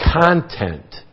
content